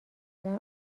شدن